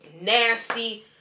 nasty